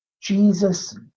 Jesus